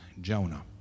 Jonah